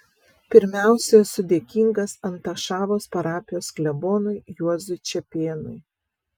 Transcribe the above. pirmiausia esu dėkingas antašavos parapijos klebonui juozui čepėnui